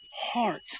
heart